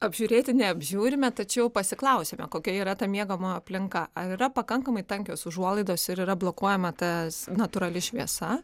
apžiūrėti neapžiūrime tačiau pasiklausiame kokia yra ta miegamojo aplinka ar yra pakankamai tankios užuolaidos ir yra blokuojama tas natūrali šviesa